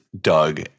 Doug